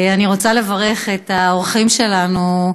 אני רוצה לברך את האורחים שלנו,